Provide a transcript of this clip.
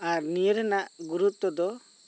ᱟᱨ ᱱᱤᱭᱟ ᱨᱮᱱᱟᱜ ᱜᱩᱨᱩᱛᱛᱚ ᱫᱚ